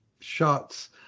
shots